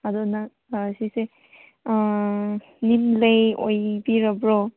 ꯑꯗꯣ ꯅꯪ ꯁꯤꯁꯦ ꯃꯤꯟꯂꯦ ꯑꯣꯏꯕꯤꯔꯕ꯭ꯔꯣ